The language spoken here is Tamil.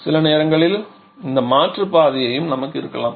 சில நேரங்களில் இந்த மாற்று பாதையும் நமக்கு இருக்கலாம்